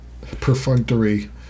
perfunctory